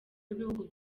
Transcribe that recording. w’ibihugu